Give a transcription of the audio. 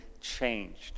changed